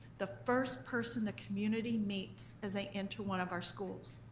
the first person the community meets as they enter one of our schools,